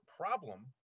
problem